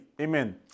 Amen